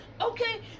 Okay